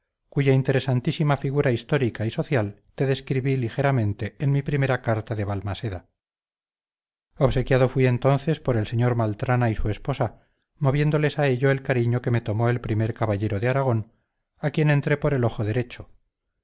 cuya interesantísima figura histórica y social te describí ligeramente en mi primera carta de balmaseda obsequiado fuí entonces por el señor maltrana y su esposa moviéndoles a ello el cariño que me tomó el primer caballero de aragón a quien entré por el ojo derecho